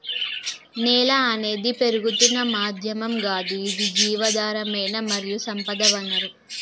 నేల అనేది పెరుగుతున్న మాధ్యమం గాదు ఇది జీవధారమైన మరియు సంపద వనరు